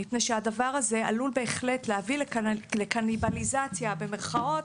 מפני שהדבר הזה בהחלט עלול להביא לכאן לקניבליזציה במירכאות,